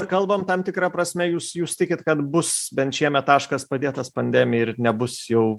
kalbam tam tikra prasme jūs jūs tikit kad bus bent šiemet taškas padėtas pandemijai ir nebus jau